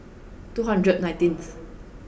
two hundred nineteenth